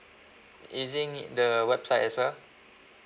using the website as well